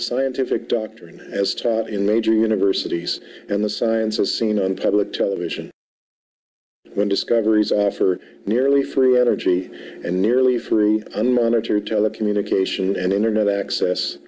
scientific doctrine as taught in major universities and the sciences seen on public television when discoveries for nearly free energy and nearly fruit on it or telecommunications and internet access